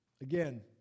again